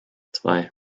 zwei